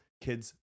Kids